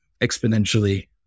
exponentially